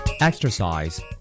Exercise